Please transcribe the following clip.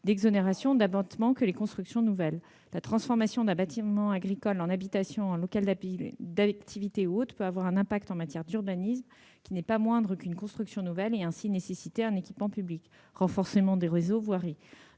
d'exonération ou d'abattement que les constructions nouvelles. La transformation d'un bâtiment agricole en habitation ou en local d'activité peut avoir un impact, en matière d'urbanisme, équivalent à celui d'une construction nouvelle, et ainsi nécessiter un équipement public- renforcement des réseaux ou voirie.